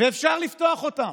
ואפשר לפתוח אותם,